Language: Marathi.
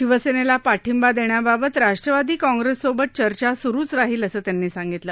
शिवसर्वाती पाठिंबा दष्ट्राबाबत राष्ट्रवादी काँग्रस्सोबत चर्चा सुरु राहील असं त्यांनी सांगितलं